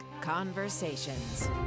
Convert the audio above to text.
Conversations